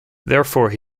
therefore